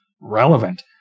relevant